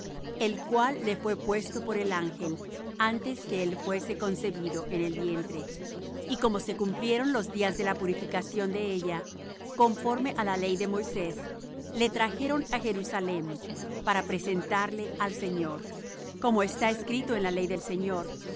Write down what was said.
el cual le fué puesto por el ángel antes que él fuese concebido en el vientre y como se cumplieron los días de la purificación de ella conforme á la ley de moisés le trajeron á jerusalem para presentarle al señor como está escrito en la ley del señor todo varón que abriere la matriz será llamado santo al señor y para dar la ofrenda conforme á lo que está dicho en la ley del señor